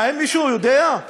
האם מישהו יודע?